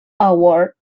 award